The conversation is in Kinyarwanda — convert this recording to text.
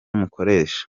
mukoresha